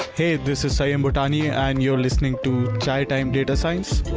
hey, this is sanyam bhutani and you're listening to chai time data science,